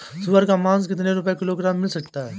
सुअर का मांस कितनी रुपय किलोग्राम मिल सकता है?